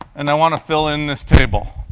and they want to fill in this table.